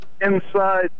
inside